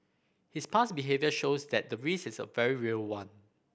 his past behaviour shows that the risk is a very real one